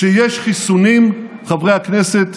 כשיש חיסונים, חברי הכנסת,